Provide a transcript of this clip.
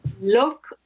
Look